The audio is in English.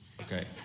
Okay